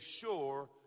sure